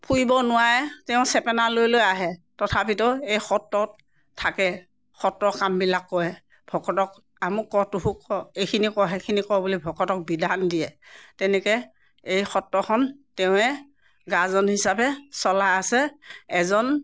ফুৰিব নোৱাৰে তেওঁ চেপেনা লৈ লৈ আহে তথাপিতো এই সত্ৰত থাকে সত্ৰ কামবিলাক কৰে ভকতক আমুক ক তোহোক কৰ এইখিনি কৰ সেইখিনি ক বুলি ভকতক বিধান দিয়ে তেনেকৈ এই সত্ৰখন তেওঁৱে গাজন হিচাপে চলাই আছে এজন